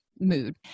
mood